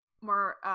more